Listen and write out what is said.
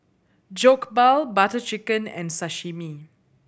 Jokbal Butter Chicken and Sashimi